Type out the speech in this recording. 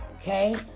Okay